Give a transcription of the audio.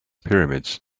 pyramids